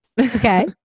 Okay